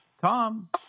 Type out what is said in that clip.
Tom